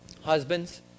husbands